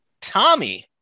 Tommy